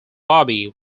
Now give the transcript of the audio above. barbie